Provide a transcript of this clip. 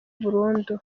burundu